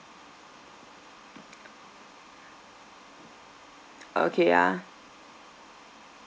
okay ah